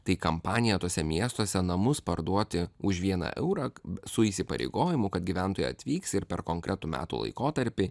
tai kampanija tuose miestuose namus parduoti už vieną eurą su įsipareigojimu kad gyventojai atvyks ir per konkretų metų laikotarpį